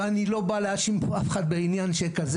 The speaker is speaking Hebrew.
ואני לא בא להאשים פה אף אחד בעניין שכזה,